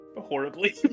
horribly